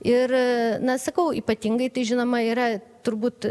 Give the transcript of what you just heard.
ir na sakau ypatingai tai žinoma yra turbūt